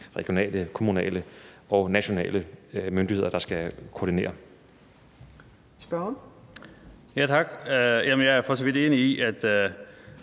regionale, kommunale og nationale myndigheder, der skal koordinere.